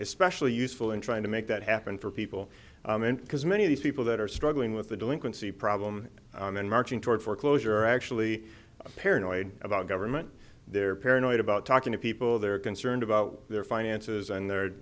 especially useful in trying to make that happen for people because many of these people that are struggling with the delinquency problem and marching toward foreclosure actually paranoid about government they're paranoid about talking to people they're concerned about their finances and the